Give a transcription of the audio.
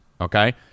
Okay